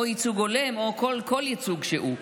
או ייצוג הולם או כל ייצוג שהוא.